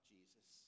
Jesus